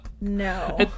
No